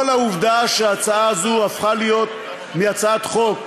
העובדה שההצעה הזו הפכה מהצעת חוק